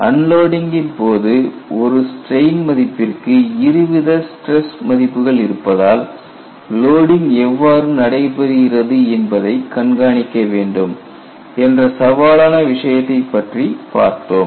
unloading இன் போது ஒரு ஸ்ட்ரெயின் மதிப்பிற்கு இருவித ஸ்டிரஸ் மதிப்புகள் இருப்பதால் லோடிங் எவ்வாறு நடைபெறுகிறது என்பதை கண்காணிக்க வேண்டும் என்ற சவாலான விஷயத்தைப் பற்றி பார்த்தோம்